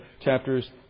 chapters